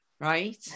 right